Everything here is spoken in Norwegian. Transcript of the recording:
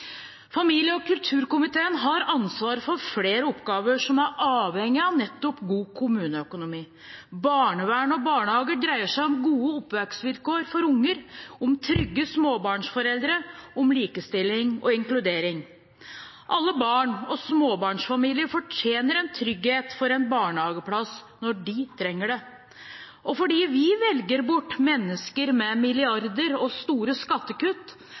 Familie- og kulturkomiteen har ansvaret for flere oppgaver som er avhengig av nettopp god kommuneøkonomi. Barnevern og barnehager dreier seg om gode oppvekstvilkår for unger, om trygge småbarnsforeldre, om likestilling og inkludering. Alle barn og småbarnsfamilier fortjener en trygghet for en barnehageplass når de trenger det. Fordi vi velger bort mennesker med milliarder og store skattekutt,